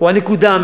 אדוני השר,